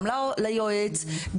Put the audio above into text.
גם ליועץ,